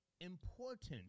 important